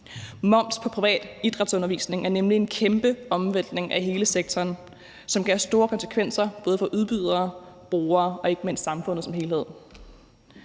Moms på privat idrætsundervisning er nemlig en kæmpe omvæltning af hele sektoren, som kan have store konsekvenser for både udbydere, brugere og ikke mindst samfundet som helhed.